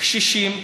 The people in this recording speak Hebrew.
קשישים,